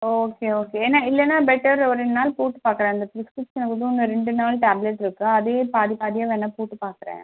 okay okay ஏன்னா இல்லைன்னா better ஒரு ரெண்டு நாள் போட்டு பார்க்கறேன் அந்த ப்ரிஸ்க்ரிப்ஷன் எதுவும் ரெண்டு நாள் டேப்லெட் இருக்கு அதையே பாதி பாதியாக வேணா போட்டு பார்க்கறேன்